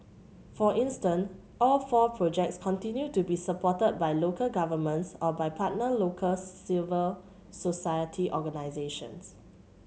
for instance all four projects continue to be supported by local governments or by partner local civil society organisations